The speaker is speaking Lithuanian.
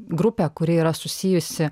grupė kuri yra susijusi